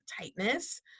tightness